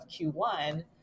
Q1